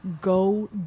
Go